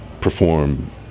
perform